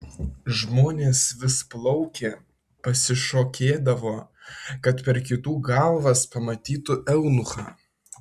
žmonės vis plaukė pasišokėdavo kad per kitų galvas pamatytų eunuchą